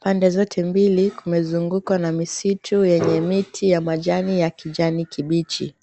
Pande zote mbili kumezungukwa na misitu zenye miti ya majani ya kijani kibichi.